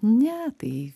ne tai